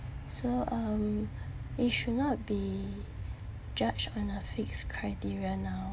so um it should not be judged on a fixed criteria now